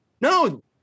No